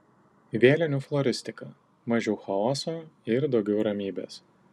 vėlinių floristika mažiau chaoso ir daugiau ramybės